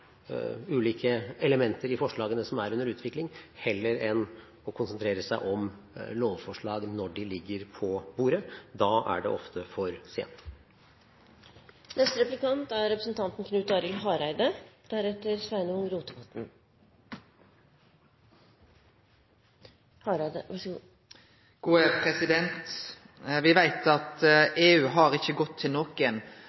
ulike elementer i forslagene som er under utvikling, heller enn å konsentrere seg om lovforslag når de ligger på bordet. Da er det ofte for sent. Me veit at